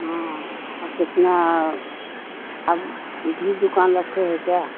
हाँ आप कितना आप भी दुकान रखे हैं क्या